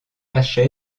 riches